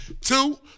Two